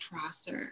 Prosser